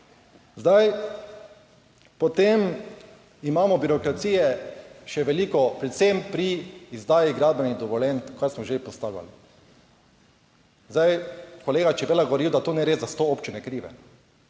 Zdaj, potem imamo birokracije še veliko predvsem pri izdaji gradbenih dovoljenj, kar smo že postavljali. Zdaj, kolega Čebela govoril, da to ni res, da so občine krive.